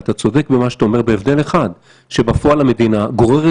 אם יש לך הסתייגות, בקשה, נדון חסם, חסם.